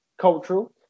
cultural